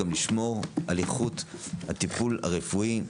גם לשמור על איכות הטיפול הרפואי,